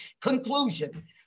Conclusion